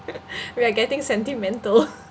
we are getting sentimental